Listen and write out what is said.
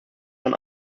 man